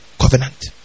Covenant